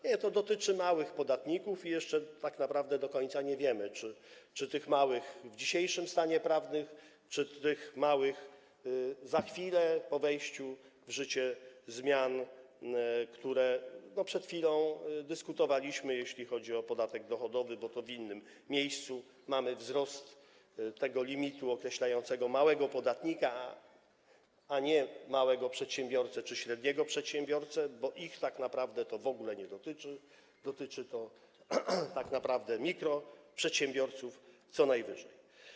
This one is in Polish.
Nie, to dotyczy małych podatników, a jeszcze tak naprawdę do końca nie wiemy, czy tych małych w dzisiejszym stanie prawnym, czy tych małych niejako za chwilę, po wejściu w życie zmian, o których przed chwilą dyskutowaliśmy, jeśli chodzi o podatek dochodowy, bo to w innym miejscu mamy wzrost tego limitu określającego małego podatnika, a nie małego przedsiębiorcę czy średniego przedsiębiorcę - ich tak naprawdę to w ogóle nie dotyczy, dotyczy to tak naprawdę mikroprzedsiębiorców co najwyżej.